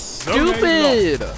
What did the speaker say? stupid